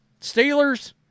Steelers